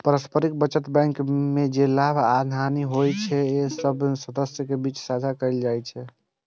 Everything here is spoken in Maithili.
पारस्परिक बचत बैंक मे जे लाभ या हानि होइ छै, से सब सदस्यक बीच साझा कैल जाइ छै